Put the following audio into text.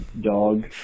dog